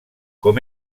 com